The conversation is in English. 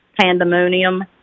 pandemonium